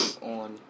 on